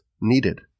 needed